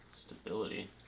Stability